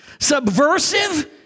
Subversive